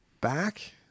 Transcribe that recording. back